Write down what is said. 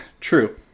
true